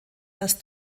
das